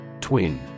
Twin